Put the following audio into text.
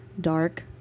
dark